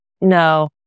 no